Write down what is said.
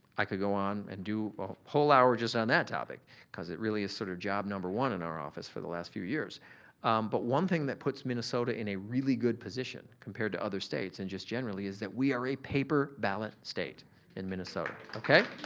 i could go on and do a whole hour just on that topic cause it really is sort of job number one in our office for the last few years but one thing that puts minnesota in a really good position compared to other states and just generally is that we are a paper ballot state in minnesota, okay?